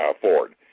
Ford